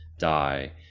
die